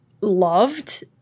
loved